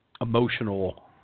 emotional